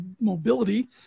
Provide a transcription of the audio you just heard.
mobility